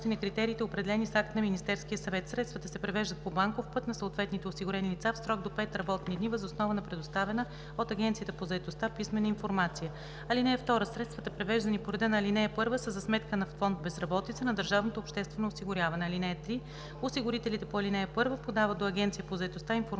(2) Средствата, превеждани по реда на ал. 1, са за сметка на фонд „Безработица“ на държавното обществено осигуряване. (3) Осигурителите по ал. 1 подават до Агенция по заетостта информация